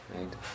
right